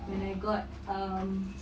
when I got um